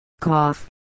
cough